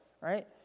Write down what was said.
right